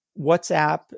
WhatsApp